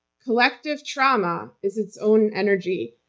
collective trauma is its own energy.